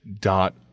dot